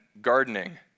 gardening